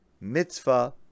Mitzvah